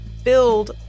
build